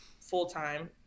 full-time